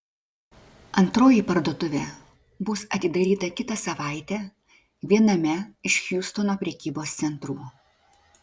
antroji parduotuvė bus atidaryta kitą savaitę viename iš hjustono prekybos centrų